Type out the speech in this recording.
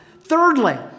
Thirdly